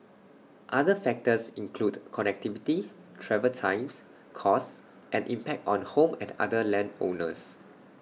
other factors include connectivity travel times costs and impact on home and other land owners